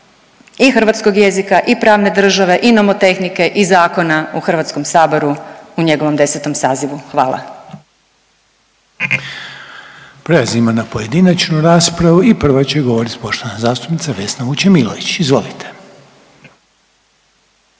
i hrvatskog jezika i pravne države i nomotehnike i zakona u HS-u u njegovom 10. sazivu. Hvala. **Reiner, Željko (HDZ)** Prelazimo na pojedinačnu raspravu i prvo će govoriti poštovana zastupnica Vesna Vučemilović, izvolite.